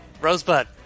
Rosebud